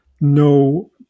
no